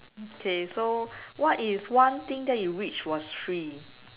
okay so what is one thing that you wish was free